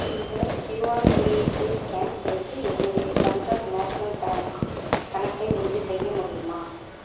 இந்த க்யூஆர் குறியீட்டை ஸ்கேன் செய்து என்னுடைய பஞ்சாப் நேஷனல் பேங்க் கணக்கை உறுதிசெய்ய முடியுமா